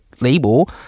label